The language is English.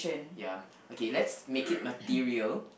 ya okay let's make it material